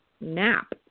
nap